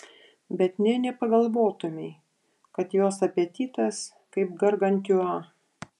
bet nė nepagalvotumei kad jos apetitas kaip gargantiua